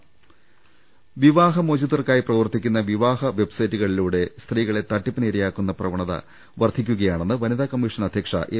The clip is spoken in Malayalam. രംഭട്ട്ട്ട്ട്ട്ട്ട്ട വിവാഹ മോചിതർക്കായി പ്രവർത്തിക്കുന്ന വിവാഹ വെബ്സൈറ്റു കളിലൂടെ സ്ത്രീകളെ തട്ടിപ്പിന് ഇരയാക്കുന്ന പ്രവണത വർദ്ധിക്കുകയാണെന്ന് വനിതാ കമ്മീഷൻ അധൃക്ഷ എം